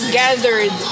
gathered